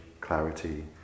clarity